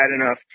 enough